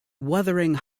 wuthering